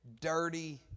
dirty